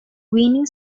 winning